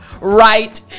right